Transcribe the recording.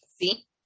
See